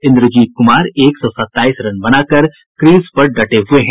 इंद्रजीत कुमार एक सौ सताईस रन बनाकर क्रीज पर जमे हुए हैं